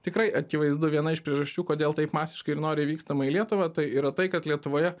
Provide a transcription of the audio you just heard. tikrai akivaizdu viena iš priežasčių kodėl taip masiškai ir noriai vykstama į lietuvą tai yra tai kad lietuvoje